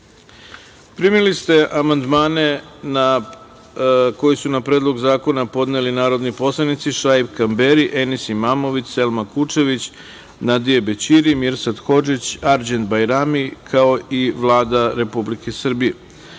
ste amandmane koje su na Predlog zakona podneli narodni poslanici Šaip Kamberi, Enis Imamović, Selma Kučević, Nadija Bećiri, Mirsad Hodžić, Arđen Barjami, kao i Vlada Republike Srbije. Primili